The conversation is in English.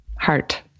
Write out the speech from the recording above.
heart